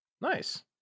Nice